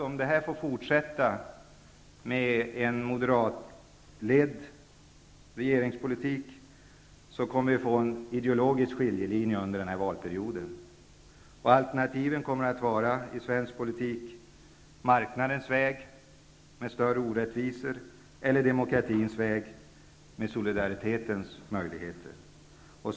Om den moderatledda regeringspolitiken får fortsätta, kommer det att uppstå en ideologisk skiljelinje under den här valperioden. Alternativen i svensk politik kommer att vara marknadens väg med större orättvisor eller demokratins väg med solidaritens möjligheter.